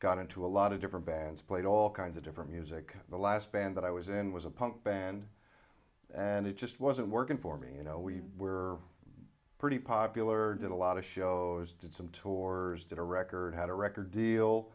got into a lot of different bands played all kinds of different music the last band that i was in was a punk band and it just wasn't working for me you know we were pretty popular did a lot of shows did some tours did a record had a record deal